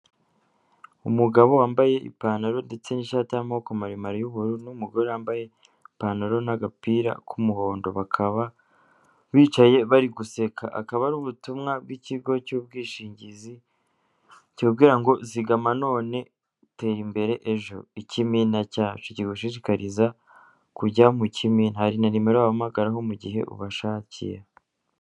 Umugabo wambaye ipantaro ndetse n'ishati y'amaboko maremare, y'ubururu n'umugore wambaye ipantaro n'agapira k'umuhondo, bakaba bicaye bari guseka, akaba ari ubutumwa bw'ikigo cy'ubwishingizi cyibabwira ngo zigama none tera imbere ejo, ikimina cyacu kigushishikariza kujya mu k'indi hari na nimero wahamagaraho mu gihe ubishakiye.